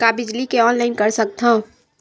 का बिजली के ऑनलाइन कर सकत हव?